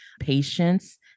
patience